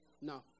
no